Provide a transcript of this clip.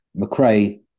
McRae